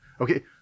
Okay